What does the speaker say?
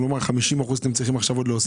כלומר, 50 אחוזים אתם צריכים להוסיף עכשיו?